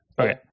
Okay